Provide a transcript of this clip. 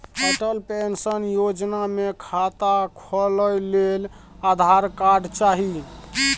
Atal pension योजना मे खाता खोलय लेल आधार कार्ड चाही